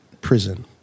Prison